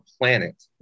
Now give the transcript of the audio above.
planet